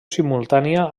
simultània